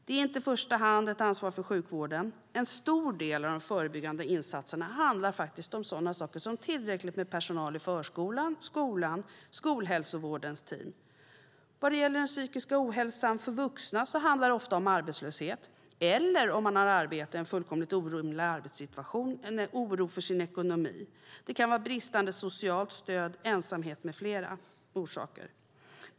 Det är inte i första hand ett ansvar för sjukvården - en stor del av de förebyggande insatserna handlar faktiskt om sådana saker som tillräckligt med personal i förskolan, skolan och skolhälsovårdens team. Vad gäller den psykiska ohälsan hos vuxna handlar det ofta om arbetslöshet eller, om man har arbete, en fullkomligt orimlig arbetssituation eller oro för ekonomin. Det kan vara bristande socialt stöd, ensamhet med flera orsaker.